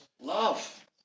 Love